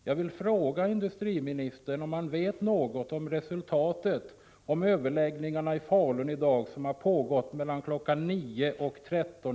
Jag vill fråga industriministern om han vet något om resultatet av de överläggningar i Falun som i dag har pågått mellan kl. 9 och kl. 13.